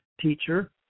teacher